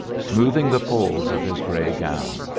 smoothing the folds of his gray gown.